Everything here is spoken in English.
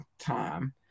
time